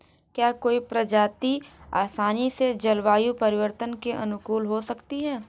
क्या कोई प्रजाति आसानी से जलवायु परिवर्तन के अनुकूल हो सकती है?